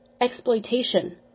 exploitation